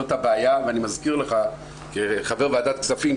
זאת הבעיה ואני מזכיר לך כחבר ועדת כספים,